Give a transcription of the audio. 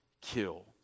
kill